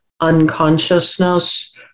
unconsciousness